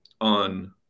on